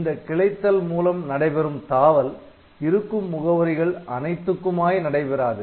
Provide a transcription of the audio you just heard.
இந்த கிளைத்தல் மூலம் நடைபெறும் தாவல் இருக்கும் முகவரிகள் அனைத்துக்குமாய் நடைபெறாது